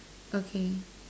okay